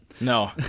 No